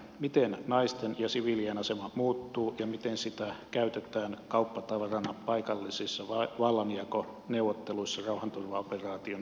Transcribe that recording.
miten naisten ja siviilien asema muuttuu ja miten sitä käytetään kauppatavarana paikallisissa vallanjakoneuvotteluissa rauhanturvaoperaation päätyttyä